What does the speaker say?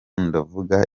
ndavuga